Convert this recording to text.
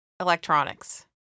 Electronics